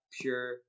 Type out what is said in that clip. pure